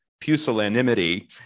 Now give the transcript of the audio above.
pusillanimity